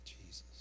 Jesus